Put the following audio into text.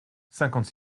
cinquante